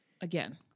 again